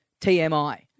TMI